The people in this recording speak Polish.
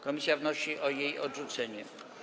Komisja wnosi o jej odrzucenie.